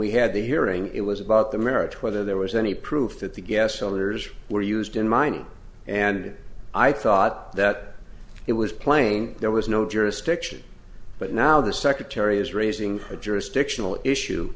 we had the hearing it was about the merits whether there was any proof that the gas cylinders were used in mining and i thought that it was playing there was no jurisdiction but now the secretary is raising a jurisdictional issue